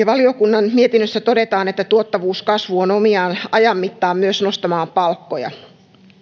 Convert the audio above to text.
valiokunnan mietinnössä todetaan että tuottavuuskasvu on omiaan ajan mittaan myös nostamaan palkkoja